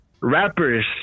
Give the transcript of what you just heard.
rappers